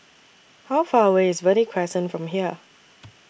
How Far away IS Verde Crescent from here